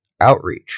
outreach